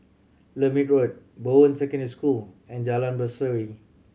Lermit Road Bowen Secondary School and Jalan Berseri